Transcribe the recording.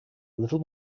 little